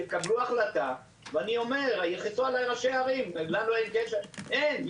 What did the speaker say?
תקבלו החלטה ואני אומר: לנו אין קשר ויש